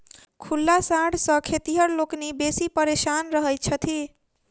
खुल्ला साँढ़ सॅ खेतिहर लोकनि बेसी परेशान रहैत छथि